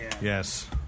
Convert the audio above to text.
Yes